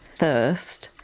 thirst,